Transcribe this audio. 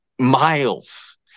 miles